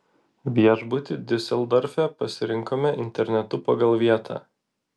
viešbutį diuseldorfe pasirinkome internetu pagal vietą